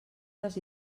les